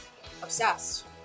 Obsessed